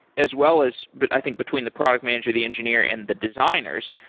as well as but i think between the product manager, the engineer and the designers,